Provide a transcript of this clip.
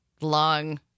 long